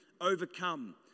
overcome